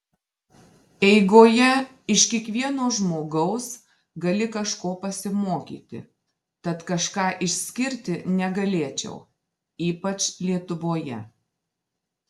eigoje iš kiekvieno žmogaus gali kažko pasimokyti tad kažką išskirti negalėčiau ypač lietuvoje